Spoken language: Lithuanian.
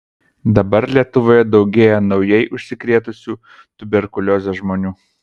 dabar lietuvoje daugėja naujai užsikrėtusių tuberkulioze žmonių